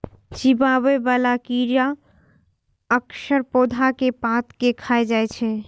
चिबाबै बला कीड़ा अक्सर पौधा के पात कें खाय छै